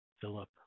Philip